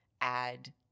add